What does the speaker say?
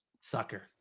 sucker